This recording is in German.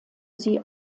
sie